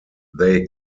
they